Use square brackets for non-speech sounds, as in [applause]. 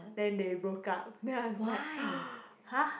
then they broke up then I was like [noise] !huh!